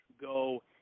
go